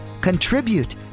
Contribute